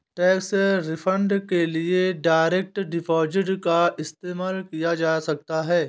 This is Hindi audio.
टैक्स रिफंड के लिए डायरेक्ट डिपॉजिट का इस्तेमाल किया जा सकता हैं